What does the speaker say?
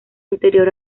interior